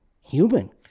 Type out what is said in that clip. human